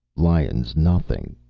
lions, nothing!